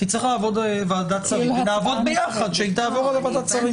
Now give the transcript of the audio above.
תצטרך לעבור ועדת שרים ונעבוד ביחד שהיא תעבור לוועדת השרים.